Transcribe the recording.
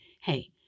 hey